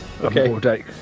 Okay